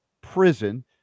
prison